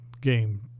game